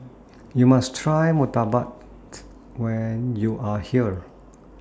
YOU must Try Murtabak when YOU Are here